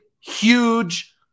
huge